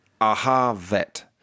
ahavet